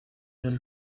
del